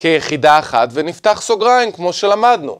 כיחידה אחת ונפתח סוגריים כמו שלמדנו.